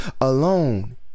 alone